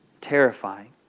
terrifying